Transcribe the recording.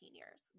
years